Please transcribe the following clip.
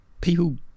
people